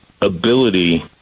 ability